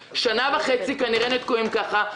אנחנו שנה וחצי כנראה תקועים ככה.